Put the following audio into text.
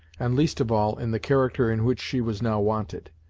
and least of all in the character in which she was now wanted.